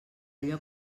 allò